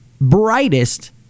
brightest